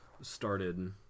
started